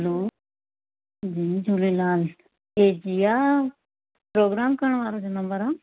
hello जय झूलेलाल हे जिया प्रोग्राम करणु वारे जो नंबर आहे